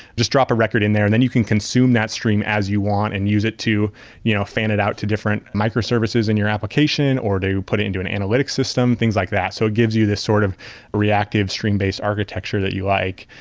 just drop a record in there and then you can consume that stream as you want and use it to you know fan it out to different microservices in your application or to put it into an analytics system, things like that. so it gives you the sort of reactive string base architecture that you like.